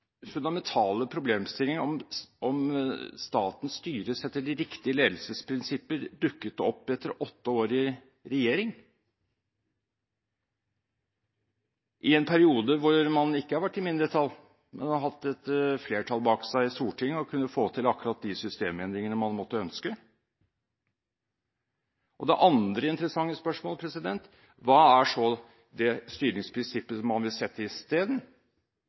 fundamentale problemstillingene om hvorvidt staten styres etter de riktige ledelsesprinsippene eller ikke, dukker opp etter at man har sittet åtte år i regjering og i en periode hvor man ikke har vært i mindretall, men har hatt et flertall bak seg på Stortinget og har kunnet få til akkurat de systemendringene man måtte ønske. Det andre interessante